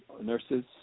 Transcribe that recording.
nurses